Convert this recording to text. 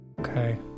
Okay